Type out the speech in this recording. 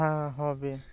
হ্যাঁ হ্যাঁ হবে